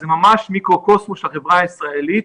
זה ממש מיקרוקוסמוס של החברה הישראלית,